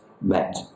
met